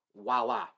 voila